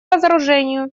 разоружению